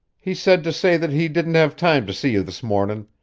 he said to say that he didn't have time to see you this mornin',